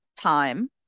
time